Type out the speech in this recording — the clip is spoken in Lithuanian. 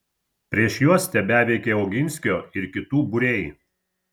prieš juos tebeveikė oginskio ir kitų būriai